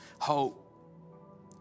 hope